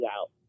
out